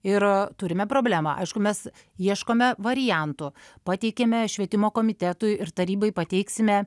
ir turime problemą aišku mes ieškome variantų pateikiame švietimo komitetui ir tarybai pateiksime